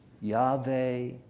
Yahweh